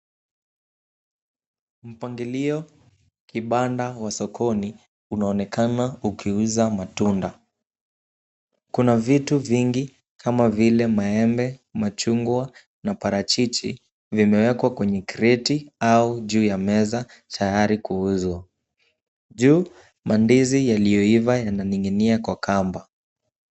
Mpangilio kibanda wa sokoni unaonekana ukiuza matunda. Kuna vitu vingi kama vile maembe, machungwa na parachichi vimewekwa kwenye kreti au juu ya meza tayari kuuzwa. Juu mandizi yaliyoiva yananingi'inia kwa kamba.